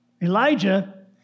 Elijah